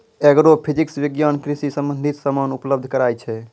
agrophysics विज्ञान कृषि संबंधित समान उपलब्ध कराय छै